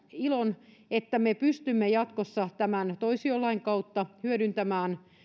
ilon siitä että me pystymme jatkossa tämän toisiolain kautta hyödyntämään